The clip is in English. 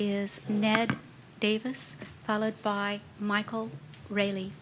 is nat davis followed by michael rain